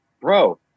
bro